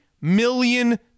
million